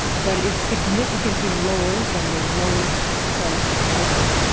but it's significantly lower than the lowest price out there.